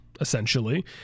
essentially